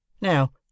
Now